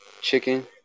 chicken